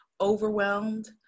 overwhelmed